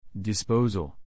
Disposal